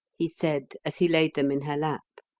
he said, as he laid them in her lap.